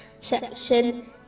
section